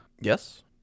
yes